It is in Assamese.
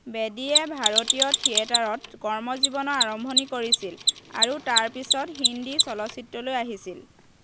বেদীয়ে ভাৰতীয় থিয়েটাৰত কৰ্মজীৱনৰ আৰম্ভণি কৰিছিল আৰু তাৰ পিছত হিন্দী চলচ্চিত্ৰলৈ আহিছিল